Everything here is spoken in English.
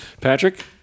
Patrick